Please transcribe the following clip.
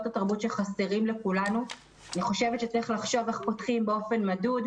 התרבות שחסרים לכולנו אני חושבת שצריך לחשוב איך פותחים באופן מדוד,